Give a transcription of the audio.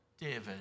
David